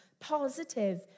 positive